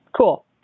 Cool